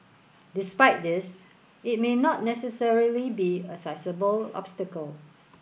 despite this it may not necessarily be a sizeable obstacle